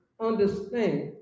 understand